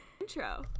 Intro